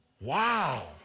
Wow